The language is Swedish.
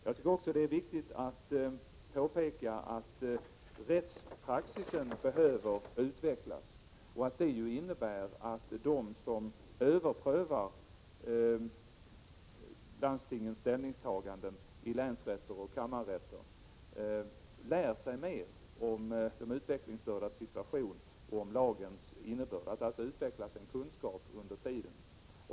Jag tycker också att det är viktigt att påpeka att rättspraxis behöver utvecklas, vilket innebär att de som överprövar landstingens ställningstaganden i länsrätter och i kammarrätter lär sig mer om de utvecklingsstördas situation och om lagens innebörd och att det utvecklas en kunskap under tiden.